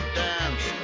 dance